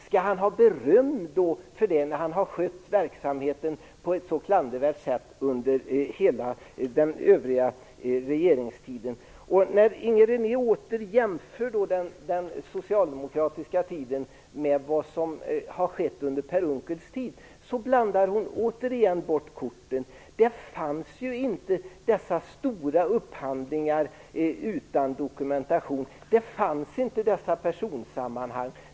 Skall han ha beröm när han har skött verksamheten på ett så klandervärt sätt under hela den övriga regeringstiden? Inger René jämför återigen den socialdemokratiska tiden med vad som har skett under Per Unckels tid. Men återigen blandar hon bort korten. Det fanns inte dessa stora upphandlingar utan dokumentation. Det fanns inte dessa personsammanhang.